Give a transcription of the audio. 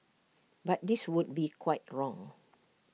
but this would be quite wrong